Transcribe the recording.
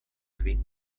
kvin